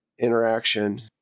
interaction